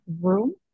room